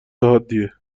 حادیه